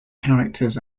characters